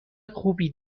خوبی